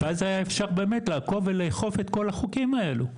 ואז אפשר היה באמת לעקוב ולאכוף את כל החוקים האלה.